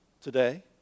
today